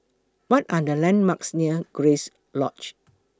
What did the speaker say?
What Are The landmarks near Grace Lodge